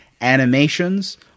animations